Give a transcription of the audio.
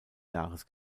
jahres